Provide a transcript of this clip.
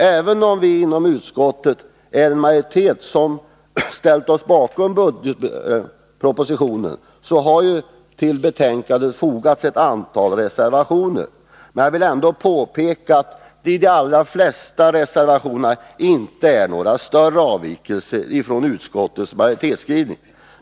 Även om vi inom utskottet är en majoritet som har ställt oss bakom budgetpropositionen, har till betänkandet fogats ett antal reservationer. Men jag vill ändå påpeka att det i de allra flesta reservationerna inte är några större avvikelser ifrån utskottets majoritetsskrivning.